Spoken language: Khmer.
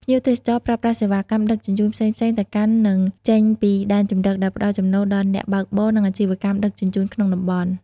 ភ្ញៀវទេសចរប្រើប្រាស់ សេវាកម្មដឹកជញ្ជូនផ្សេងៗទៅកាន់ និងចេញពីដែនជម្រក ដែលផ្តល់ចំណូលដល់អ្នកបើកបរ និងអាជីវកម្មដឹកជញ្ជូនក្នុងតំបន់។